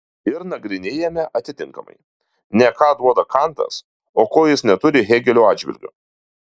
ir nagrinėjame atitinkamai ne ką duoda kantas o ko jis neturi hėgelio atžvilgiu